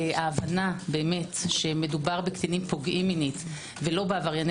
ההבנה שמדובר בקטינים פוגעים מינית ולא בעברייני